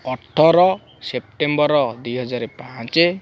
ଅଠର ସେପ୍ଟେମ୍ବର ଦୁଇ ହଜାର ପାଞ୍ଚ